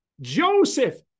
Joseph